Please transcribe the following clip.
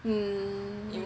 mm